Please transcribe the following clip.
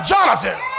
Jonathan